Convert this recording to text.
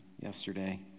yesterday